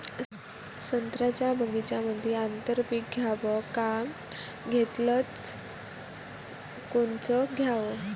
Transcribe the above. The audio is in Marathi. संत्र्याच्या बगीच्यामंदी आंतर पीक घ्याव का घेतलं च कोनचं घ्याव?